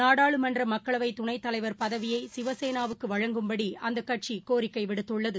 நாடாளுமன்றமக்களவைதுணைத் தலைவர் பதவியைசிவசேனாவுக்குவழங்கும்படிஅந்தக் கட்சிகோரிக்கைவிடுத்துள்ளது